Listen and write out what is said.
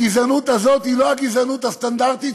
הגזענות הזאת היא לא הגזענות הסטנדרטית,